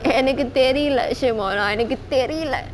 எனக்கு தெரிலே:enaku terilae shimora எனக்கு தெரிலே:enaku terilae